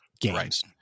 games